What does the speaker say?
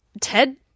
Ted